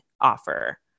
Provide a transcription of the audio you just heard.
offer